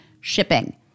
shipping